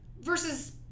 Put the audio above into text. versus